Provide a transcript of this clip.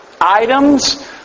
items